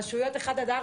רשויות 1 עד 4